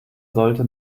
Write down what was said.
sollte